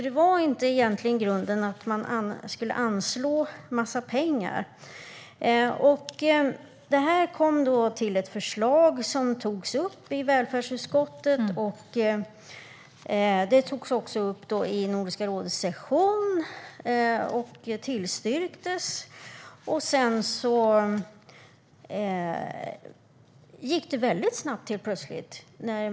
Det ledde till ett förslag som togs upp i välfärdsutskottet. Det togs också upp under Nordiska rådets session och tillstyrktes. Sedan gick det helt plötsligt mycket snabbt.